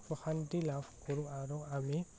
অশান্তি লাভ কৰো আৰু আমি